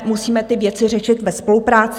Musíme ty věci řešit ve spolupráci.